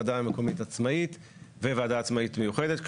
ועדה מקומית עצמאית וועדה עצמאית מיוחדת,